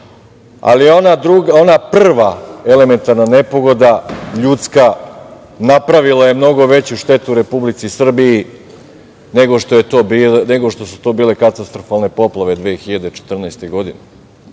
ali ona prva elementarna nepogoda ljudska napravila je mnogo veću štetu Republici Srbiji nego što su to bile katastrofalne poplave 2014. godine. Ja